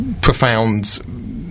profound